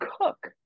cook